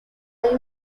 hay